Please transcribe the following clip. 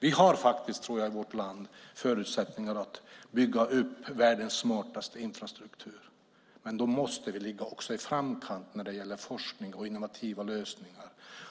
Vi har i vårt land förutsättningar att bygga upp världens smartaste infrastruktur. Men då måste vi ligga i framkant när det gäller forskning och innovativa lösningar.